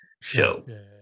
show